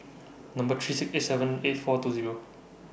Number three six eight seven eight four two Zero